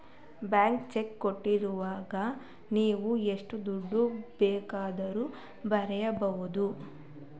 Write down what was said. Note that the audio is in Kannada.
ಬ್ಲಾಂಕ್ ಚೆಕ್ ಕೊಟ್ಟಾಗ ನಾವು ಎಷ್ಟು ದುಡ್ಡು ಬೇಕಾದರೂ ಬರ್ಕೊ ಬೋದು